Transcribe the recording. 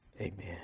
Amen